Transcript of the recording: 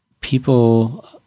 People